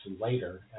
later